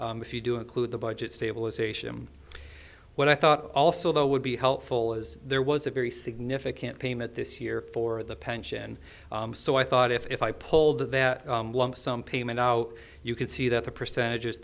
year if you do include the budget stabilization what i thought also though would be helpful as there was a very significant payment this year for the pension so i thought if i pulled that sum payment out you could see that the percentages